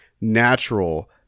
natural